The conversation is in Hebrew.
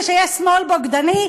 וכשאומרים שיש "שמאל בוגדני",